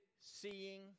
seeing